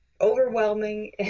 overwhelming